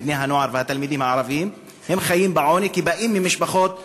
מבני-הנוער והתלמידים הערבים חיים בעוני כי הם באים ממשפחות כאלה.